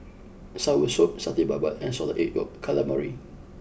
Soursop Satay Babat and Salted Egg Yolk Calamari